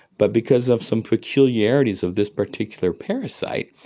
but because of some peculiarities of this particular parasite,